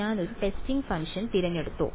ഞാൻ ഒരു testing function തിരഞ്ഞെടുത്തോ